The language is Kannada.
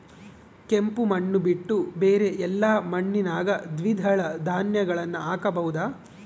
ಕೆಂಪು ಮಣ್ಣು ಬಿಟ್ಟು ಬೇರೆ ಎಲ್ಲಾ ಮಣ್ಣಿನಾಗ ದ್ವಿದಳ ಧಾನ್ಯಗಳನ್ನ ಹಾಕಬಹುದಾ?